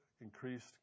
increased